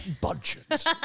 budget